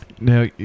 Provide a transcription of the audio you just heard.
Now